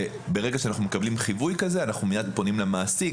ברגע שאנחנו מקבלים חיווי כזה אנחנו מייד פונים למעסיק,